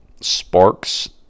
sparks